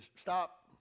stop